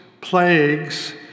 plagues